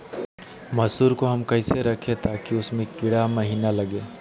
मसूर को हम कैसे रखे ताकि उसमे कीड़ा महिना लगे?